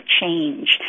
change